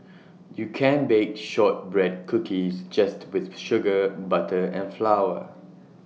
you can bake Shortbread Cookies just with sugar butter and flour